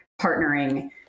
partnering